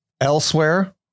Elsewhere